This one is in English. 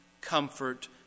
comfort